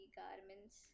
garments